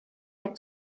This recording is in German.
der